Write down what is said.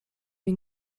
den